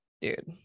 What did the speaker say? dude